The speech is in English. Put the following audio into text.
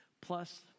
plus